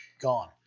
gone